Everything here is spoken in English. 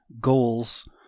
goals